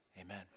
Amen